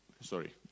Sorry